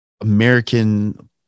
american